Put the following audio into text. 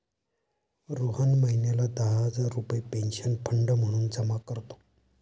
रोहन महिन्याला दहा हजार रुपये पेन्शन फंड म्हणून जमा करतो